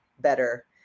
better